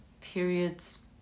periods